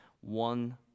One